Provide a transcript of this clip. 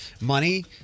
money